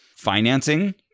financing